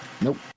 Nope